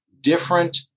different